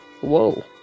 Whoa